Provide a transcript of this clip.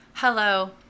Hello